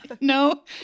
no